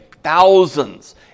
thousands